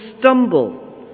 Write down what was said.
stumble